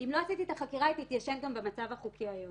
אם לא עשיתי את החקירה היא תתיישן גם במצב החוקי היום.